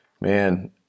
man